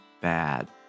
bad